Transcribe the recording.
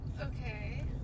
Okay